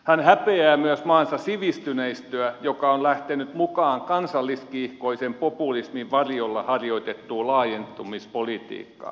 hän häpeää myös maansa sivistyneistöä joka on lähtenyt mukaan kansalliskiihkoisen populismin varjolla harjoitettuun laajentumispolitiikkaan